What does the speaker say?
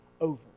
over